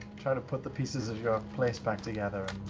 try to put the pieces of your place back together.